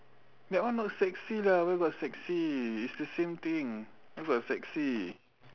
that one not sexy lah where got sexy it's the same thing where got sexy